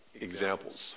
examples